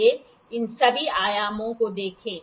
आइए इन सभी आयामों को देखें